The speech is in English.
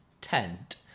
tent